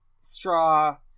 straw